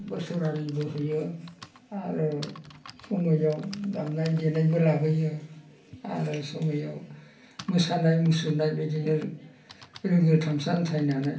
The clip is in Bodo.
बोसोरारिबो होयो आरो समाव दामनाय देनायबो लाबोयो आरो आरो सम'याव मोसानाय मुसुरनाय बिदिनो लोगो थामसा आवथायनानै